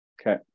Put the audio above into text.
Okay